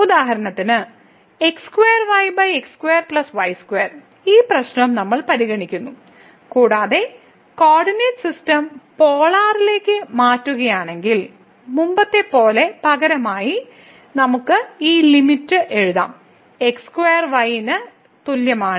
ഉദാഹരണത്തിന് x2y x2 y2 ഈ പ്രശ്നം നമ്മൾ പരിഗണിക്കുന്നു കൂടാതെ കോർഡിനേറ്റ് സിസ്റ്റം പോളറിലേക്ക് മാറ്റുകയാണെങ്കിൽ മുമ്പത്തെപ്പോലെ പകരമായി നമുക്ക് ഈ ലിമിറ്റ് എഴുതാം x2y ന് തുല്യമാണ്